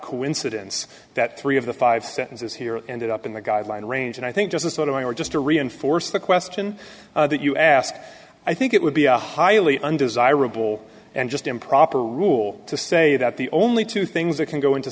coincidence that three of the five sentences here and it up in the guideline range and i think there's a sort of more just to reinforce the question that you asked i think it would be a highly undesirable and just improper rule to say that the only two things that can go into